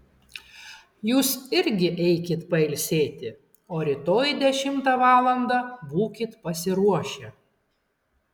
jūs irgi eikit pailsėti o rytoj dešimtą valandą būkit pasiruošę